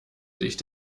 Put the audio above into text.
sich